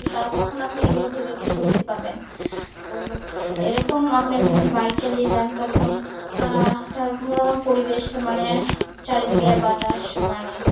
তো তা তখন আপনি এগুলো ভেবে একটু স্বস্তি পাবেন তো এরকম আপনি যখন বাইক চালিয়ে যান তখন একটা মনোরম পরিবেশ মানে চারিদিকের বাতাস মানে